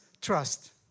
trust